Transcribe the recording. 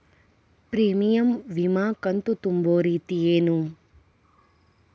Premium ವಿಮಾ ಕಂತು ತುಂಬೋ ರೇತಿ ಏನು?